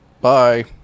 Bye